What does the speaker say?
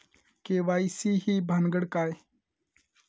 KYC ही भानगड काय?